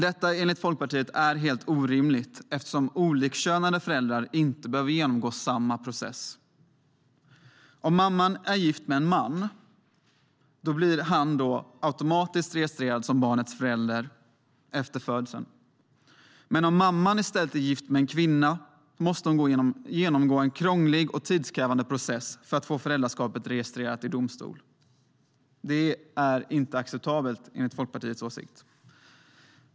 Detta är enligt Folkpartiet helt orimligt eftersom olikkönade föräldrar inte behöver genomgå samma process. Om mamman är gift med en man blir han automatiskt registrerad som barnets förälder efter födseln, men om mamman i stället är gift med en kvinna måste hon gå igenom en krånglig och tidskrävande process för att få föräldraskapet registrerat i domstol. Det är inte acceptabelt, enligt Folkpartiets åsikt.